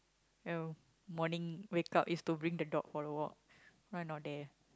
you know morning wake up is to bring the dog for a walk or not there